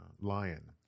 Lion